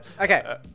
Okay